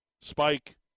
Spike